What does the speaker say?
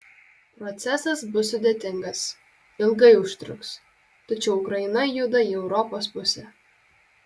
procesas bus sudėtingas ilgai užtruks tačiau ukraina juda į europos pusę